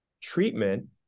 treatment